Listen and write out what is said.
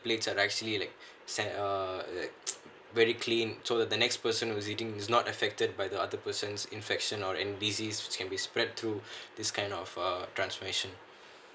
plates are actually like set err very clean so the next person who is eating is not affected by the other person's infection or any disease can be spread through this kind of uh transmission